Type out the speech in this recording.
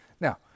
Now